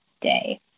day